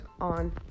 on